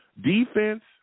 defense